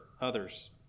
others